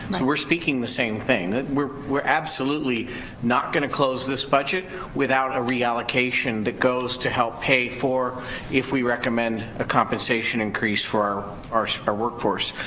and we're speaking the same thing that we're we're absolutely not going to close this budget without a reallocation that goes to help pay for if we recommend a compensation increase, for our our workforce,